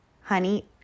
honey